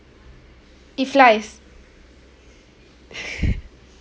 it flies